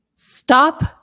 Stop